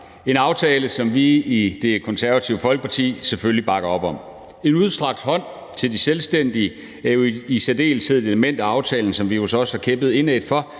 en aftale, som vi i Det Konservative Folkeparti selvfølgelig bakker op om. En udstrakt hånd til de selvstændige er jo i særdeleshed et element af aftalen, som vi hos os har kæmpet indædt for,